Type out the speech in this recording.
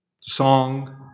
song